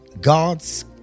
God's